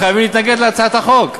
חייבים להתנגד להצעת החוק.